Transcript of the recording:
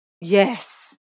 Yes